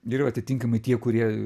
ir jau atitinkamai tie kurie